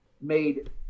made